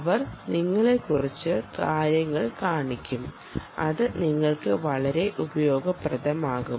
അവർ നിങ്ങളെ കുറച്ച് കാര്യങ്ങൾ കാണിക്കും അത് നിങ്ങൾക്ക് വളരെ ഉപയോഗപ്രദമാകും